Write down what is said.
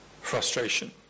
frustration